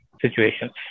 situations